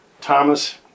Thomas